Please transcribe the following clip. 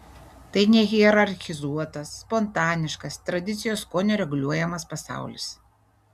tai nehierarchizuotas spontaniškas tradicijos skonio reguliuojamas pasaulis